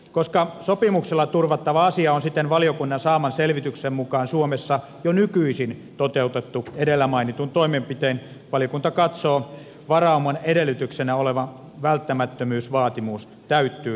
koska sopimuksella turvattava asia on siten valiokunnan saaman selvityksen mukaan suomessa jo nykyisin toteutettu edellä mainituin toimenpitein valiokunta katsoo että varauman edellytyksenä oleva välttämättömyysvaatimus täyttyy näiltä osin